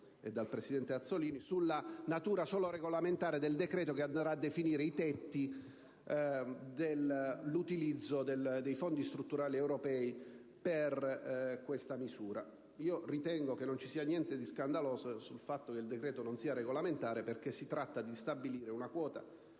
e il presidente Azzollini - sulla natura solo regolamentare del decreto che andrà a definire i tetti per l'utilizzo dei fondi strutturali europei per questa misura. Ritengo non vi sia alcunché di scandaloso nel fatto che il decreto non sia regolamentare, perché si tratta di stabilire una quota.